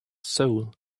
soul